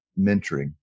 mentoring